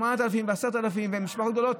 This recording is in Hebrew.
8,000 ו-10,000 והם משפחות גדולות,